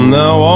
now